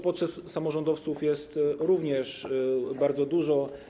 Potrzeb samorządowców jest również bardzo dużo.